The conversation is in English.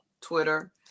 Twitter